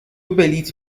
بلیط